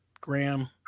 graham